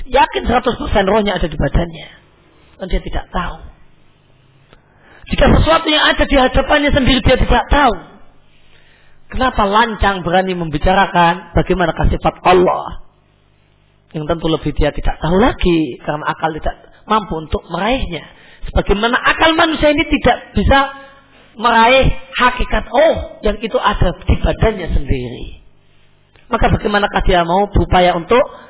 Yakin 100% rohnya ada di badannya. Dan dia tidak tahu. Jika sesuatu yang ada di hadapannya sendiri, dia tidak tahu. Kenapa lancang berani membicarakan bagaimanakah sifat Allah? Yang tentu lebih dia tidak tahu lagi, karena akal tidak mampu untuk meraihnya. Sebagaimana akal manusia ini tidak bisa meraih hakikat Allah yang itu ada di badannya sendiri. Maka bagaimanakah dia mau berupaya untuk